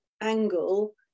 angle